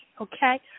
okay